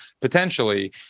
potentially